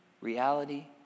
reality